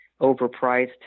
overpriced